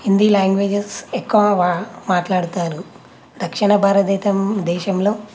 Hindi languages ఎక్కువ మాట్లాడుతారు దక్షిణ భారతదేతం దేశంలో